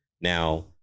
Now